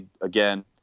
again